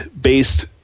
based